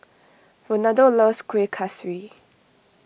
Ronaldo loves Kuih Kaswi